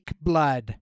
blood